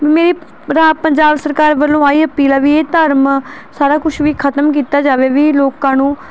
ਮੇਰੀ ਰਾ ਪੰਜਾਬ ਸਰਕਾਰ ਵੱਲੋਂ ਆਹੀ ਅਪੀਲ ਆ ਵੀ ਇਹ ਧਰਮ ਸਾਰਾ ਕੁਛ ਵੀ ਖਤਮ ਕੀਤਾ ਜਾਵੇ ਵੀ ਲੋਕਾਂ ਨੂੰ